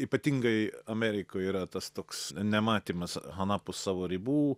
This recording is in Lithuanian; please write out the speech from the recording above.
ypatingai amerikoj yra tas toks nematymas anapus savo ribų